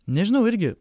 nežinau irgi